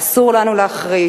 אסור לנו להחריש.